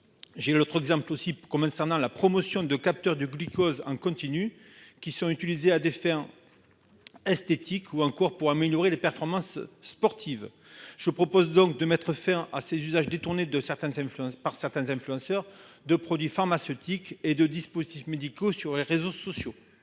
J'ai une autre exemple aussi combien cernant la promotion de capteurs de glucose en continu qui sont utilisés à des fins. Esthétiques ou en cours pour améliorer les performances sportives. Je propose donc de mettre fin à ses usages détournés de certaines influences par certains influenceurs de produits pharmaceutiques et de dispositifs médicaux sur les réseaux sociaux.